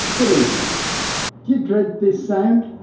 good evening. do you dread this sound,